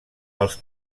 els